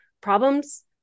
problems